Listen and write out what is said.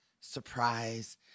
surprise